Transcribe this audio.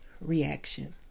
reaction